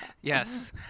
Yes